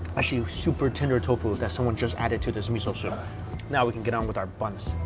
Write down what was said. actually, super tender tofu that someone just added to this miso soup now we can get on with our buns.